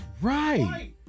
right